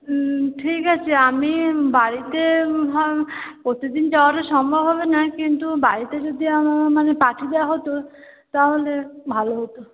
হুম ঠিক আছে আমি বাড়িতে হ্যাঁ প্রতিদিন যাওয়া তো সম্ভব হবে না কিন্তু বাড়িতে যদি আমার মানে পাঠিয়ে দেওয়া হতো তাহলে ভালো হতো